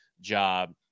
job